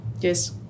Yes